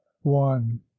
one